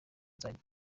nzajya